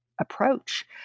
approach